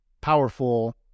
powerful